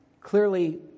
clearly